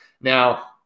Now